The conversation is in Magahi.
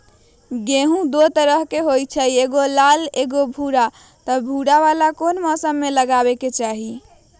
गेंहू दो तरह के होअ ली एगो लाल एगो भूरा त भूरा वाला कौन मौसम मे लगाबे के चाहि?